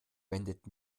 wendet